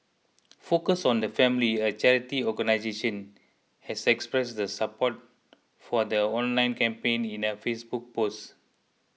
focus on the family a charity organisation has expressed the support for the online campaign in a Facebook posts